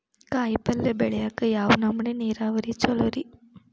ಕಾಯಿಪಲ್ಯ ಬೆಳಿಯಾಕ ಯಾವ್ ನಮೂನಿ ನೇರಾವರಿ ಛಲೋ ರಿ?